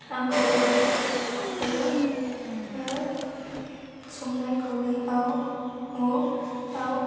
आंखौ अरायबो संनाय खावनायाव